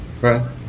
Right